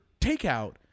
takeout